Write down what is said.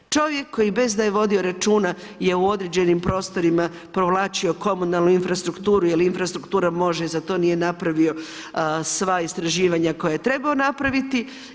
Čovjek koji bez da je vodio računa, je u određenim prostorima provlačio komunalnu infrastrukturu, jer infrastruktura, može, za to nije napravio sva istraživanja koja je trebao napraviti.